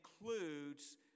includes